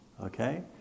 Okay